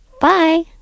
Bye